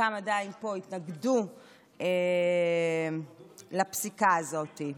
חלקם עדיין פה, התנגדו לפסיקה הזאת.